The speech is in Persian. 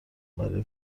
برای